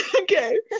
Okay